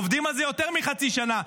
עובדים על זה יותר מחצי שנה,